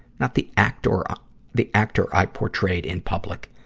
not the actor ah the actor i portrayed in public.